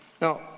Now